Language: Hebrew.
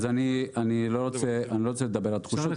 אז אני לא רוצה לדבר על תחושות,